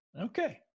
Okay